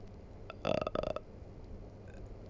uh